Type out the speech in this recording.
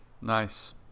Nice